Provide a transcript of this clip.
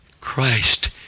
Christ